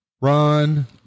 run